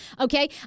okay